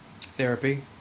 Therapy